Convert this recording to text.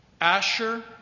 Asher